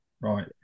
right